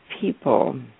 people